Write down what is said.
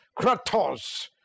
Kratos